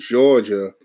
Georgia